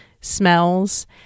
Smells